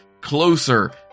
closer